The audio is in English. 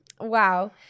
Wow